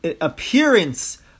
appearance